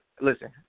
Listen